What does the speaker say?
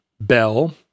Bell